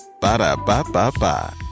Ba-da-ba-ba-ba